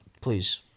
Please